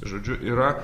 žodžiu yra